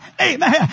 Amen